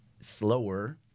slower